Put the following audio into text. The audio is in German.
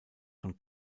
von